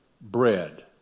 bread